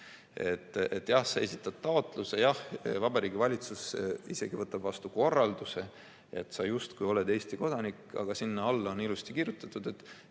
Jah, sa esitad taotluse, jah, Vabariigi Valitsus isegi võtab vastu korralduse, et sa justkui oled Eesti kodanik, aga sinna alla on ilusti kirjutatud, et